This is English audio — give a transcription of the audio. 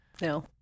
No